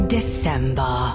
December